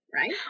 right